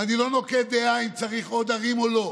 ואני לא נוקט דעה אם צריך עוד ערים או לא,